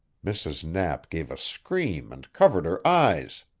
mrs. knapp gave a scream and covered her eyes.